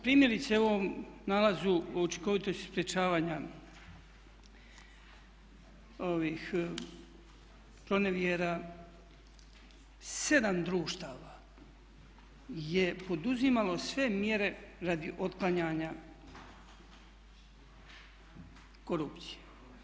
Primjerice u ovom nalazu o učinkovitosti sprječavanja pronevjera 7 društava je poduzimalo sve mjere radi otklanjanja korupcije.